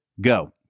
go